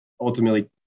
ultimately